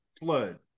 Flood